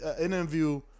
interview